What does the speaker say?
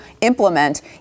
implement